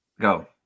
Go